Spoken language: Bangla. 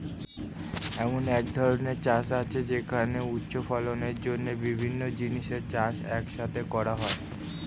এমন এক ধরনের চাষ আছে যেখানে উচ্চ ফলনের জন্য বিভিন্ন জিনিসের চাষ এক সাথে করা হয়